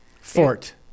Fort